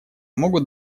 могут